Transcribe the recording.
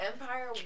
Empire